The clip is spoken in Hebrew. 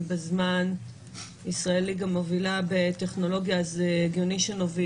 היא בזמן וישראל גם מובילה בטכנולוגיה אז הגיוני שנוביל